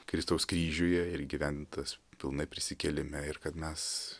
kristaus kryžiuje ir įgyvendintas pilnai prisikėlime ir kad mes